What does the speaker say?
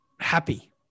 happy